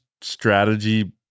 strategy